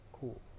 cool